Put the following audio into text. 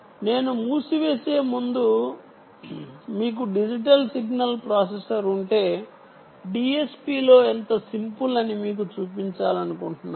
నేను మూసివేసే ముందు మీకు డిజిటల్ సిగ్నల్ ప్రాసెసర్ ఉంటే డిఎస్పిలో ఎంత సింపుల్ అని మీకు చూపించాలనుకుంటున్నాను